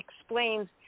explains